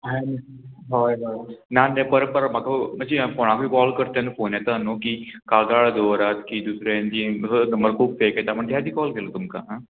हांवें हय हय ना तें परत परत म्हाका मात्शी कोणाकूय कॉल करता तेन्ना फोन येता न्हू की कागाळ दवरात की दुसरे जी नंबर खूब फेक येता म्हण ते कॉल केल्लो तुमकां आं